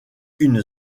une